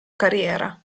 carriera